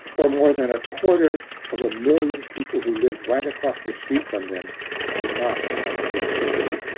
or more than a quarter of a million people who live right across the street from them did not have electricity.